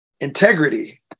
Integrity